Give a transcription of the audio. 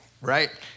right